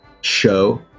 show